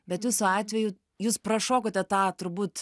bet jūsų atveju jūs prašokote tą turbūt